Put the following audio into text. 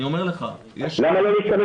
אני אומר לך --- למה לא להשתמש